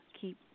keep